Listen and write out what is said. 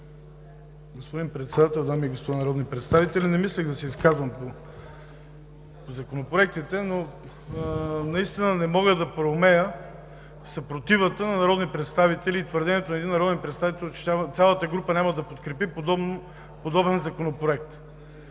Господин Председател, дами и господа народни представители! Не мислех да се изказвам по законопроектите, но наистина не мога да проумея съпротивата на народни представители и твърденията на един народен представител, че цялата група няма да подкрепи подобен законопроект.